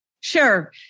Sure